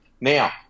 Now